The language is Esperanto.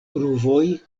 pruvoj